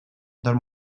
del